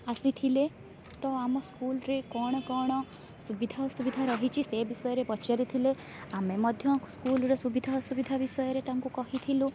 ଆସିଥିଲେ ତ ଆମ ସ୍କୁଲରେ କ'ଣ କ'ଣ ସୁବିଧା ଅସୁବିଧା ରହିଛି ସେ ବିଷୟରେ ପଚାରିଥିଲେ ଆମେ ମଧ୍ୟ ସ୍କୁଲର ସୁବିଧା ଅସୁବିଧା ବିଷୟରେ ତାଙ୍କୁ କହିଥିଲୁ